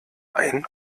ein